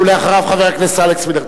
אחריו, חבר הכנסת אלכס מילר.